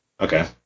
Okay